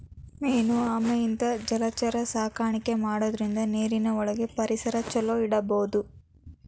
main ಆಮೆ ಇಂತಾ ಜಲಚರ ಸಾಕಾಣಿಕೆ ಮಾಡೋದ್ರಿಂದ ನೇರಿನ ಒಳಗಿನ ಪರಿಸರನ ಚೊಲೋ ಇಡಬೋದು